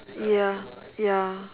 ya ya